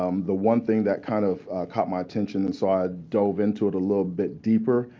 um the one thing that kind of caught my attention and so i dove into it a little bit deeper,